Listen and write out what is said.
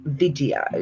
video